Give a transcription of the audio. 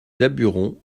daburon